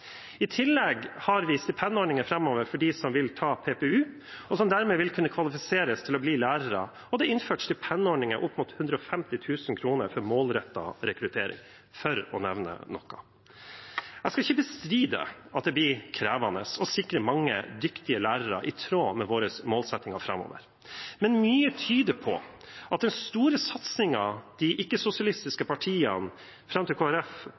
I tillegg har vi stipendordninger framover for dem som vil ta PPU, og som dermed vil kunne kvalifisere seg til å bli lærere, og det er innført stipendordninger på opp mot 150 000 kr for målrettet rekruttering – for å nevne noe. Jeg skal ikke bestride at det blir krevende å sikre mange dyktige lærere i tråd med våre målsettinger framover, men mye tyder på at den store satsingen de ikke-sosialistiske partiene – fram til